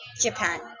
Japan